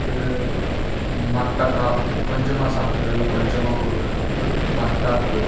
இது மட்டக்காக கொஞ்சமாக சாப்பாடு இல்லை கொஞ்சமாக கொடுங்க அப்படின்றது மட்டா கொடு